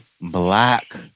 black